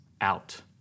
out